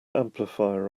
amplifier